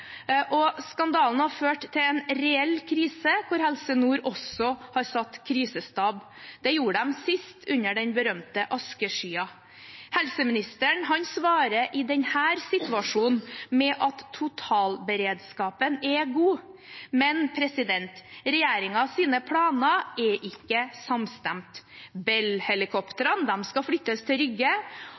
og skandalen har ført til en reell krise, der Helse Nord også har satt krisestab. Det gjorde de sist under den berømte askeskyen. Helseministeren svarer i denne situasjonen med at totalberedskapen er god, men regjeringens planer er ikke samstemt. Bell-helikoptrene skal flyttes til Rygge,